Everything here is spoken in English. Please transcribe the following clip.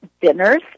dinners